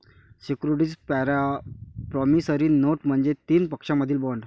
securities promissory note म्हणजे तीन पक्षांमधील बॉण्ड